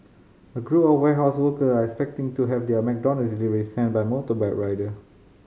a group of warehouse worker are expecting to have their McDonald's delivery sent by motorbike rider